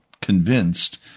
convinced